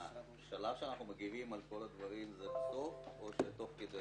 השלב שאנחנו מגיבים על כל הדברים זה פה או שתוך כדי?